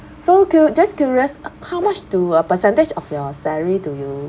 so to just curious uh how much to a percentage of your salary do you